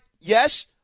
yes